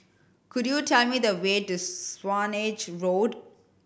could you tell me the way to Swanage Road